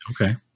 okay